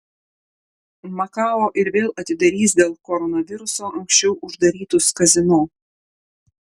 makao ir vėl atidarys dėl koronaviruso anksčiau uždarytus kazino